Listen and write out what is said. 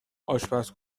آشپز